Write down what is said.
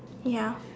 ya